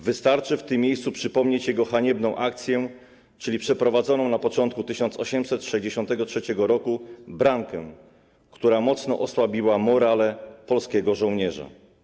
Wystarczy w tym miejscu przypomnieć jego haniebną akcję, czyli przeprowadzoną na początku 1863 r. brankę, która mocno osłabiła morale polskiego żołnierza.